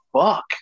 fuck